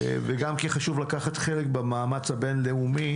וגם כי חשוב לקחת חלק במאמץ הבין-לאומי